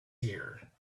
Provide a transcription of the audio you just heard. here